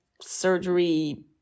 surgery